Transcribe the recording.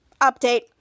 Update